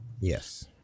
Yes